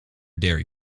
diary